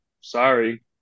sorry